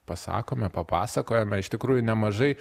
pasakome papasakojome iš tikrųjų nemažai